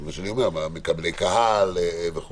זה מה שאני אומר מקבלי קהל, וכו'.